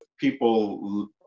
People